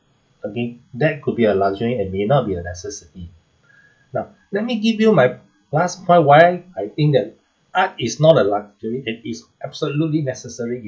okay that could be a luxury and may not be a necessity now let me give you my last point why I think that art is not a luxury it is absolutely necessary